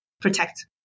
protect